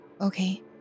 Okay